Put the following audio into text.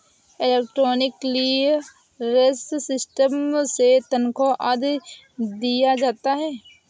electronic clearance system से तनख्वा आदि दिया जाता है